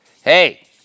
hey